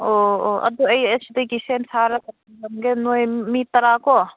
ꯑꯣ ꯑꯣ ꯑꯗꯨ ꯑꯩ ꯑꯁꯤꯗꯒꯤ ꯁꯦꯝ ꯁꯥꯔꯒ ꯊꯝꯂꯝꯒꯦ ꯅꯣꯏ ꯃꯤ ꯇꯔꯥ ꯀꯣ